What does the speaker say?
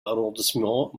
arrondissement